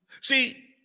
See